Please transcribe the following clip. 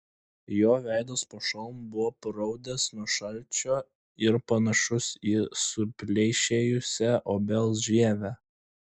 jo veidas po šalmu buvo paraudęs nuo šalčio ir panašus į supleišėjusią obels žievę